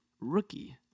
rookie